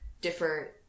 different